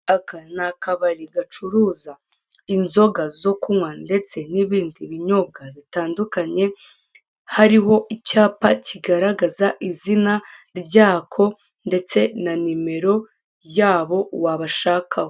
Aka ni akabari gacuruza inzoga zo kunywa ndetse n'ibindi binyobwa bitandukanye, hariho icyapa kigaragaza izina ryako ndetse na nimero yabo wabashakaho.